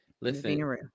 Listen